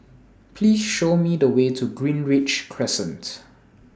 Please Show Me The Way to Greenridge Crescent